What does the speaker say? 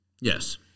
Yes